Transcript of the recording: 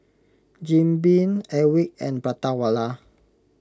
Jim Beam Airwick and Prata Wala